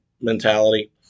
mentality